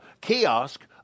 kiosk